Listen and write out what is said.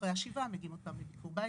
אחרי השבעה מגיעים שוב לביקור בית.